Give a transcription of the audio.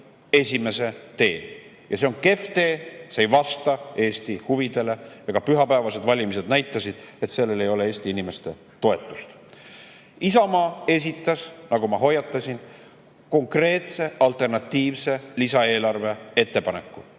esimese tee. See on kehv tee, see ei vasta Eesti huvidele. Ka pühapäevased valimised näitasid, et sellel ei ole Eesti inimeste toetust. Isamaa esitas, nagu ma hoiatasin, konkreetse alternatiivse lisaeelarve ettepaneku,